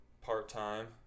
part-time